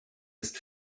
ist